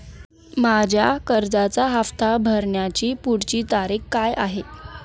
माझ्या कर्जाचा हफ्ता भरण्याची पुढची तारीख काय आहे?